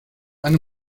eine